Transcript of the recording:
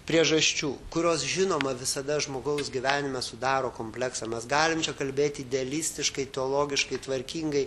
priežasčių kurios žinoma visada žmogaus gyvenime sudaro kompleksą mes galim čia kalbėti idealistiškai teologiškai tvarkingai